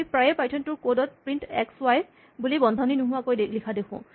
আমি প্ৰায়ে Python two ৰ কড ত প্ৰিন্ট এক্স ৱাই বুলি বন্ধনী নোহোৱাকৈ লিখা দেখোঁ